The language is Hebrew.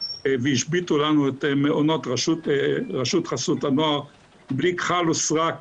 והשביתו לנו את מעונות רשות חסות הנוער בלי כחל וסרק,